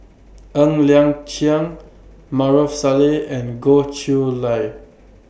Ng Liang Chiang Maarof Salleh and Goh Chiew Lye